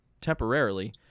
temporarily